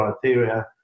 criteria